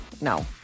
No